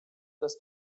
das